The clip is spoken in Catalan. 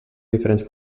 diferents